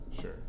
Sure